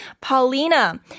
Paulina